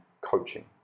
coaching